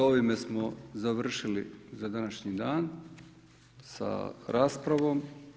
S ovime smo završili za današnji dan sa raspravom.